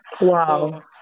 wow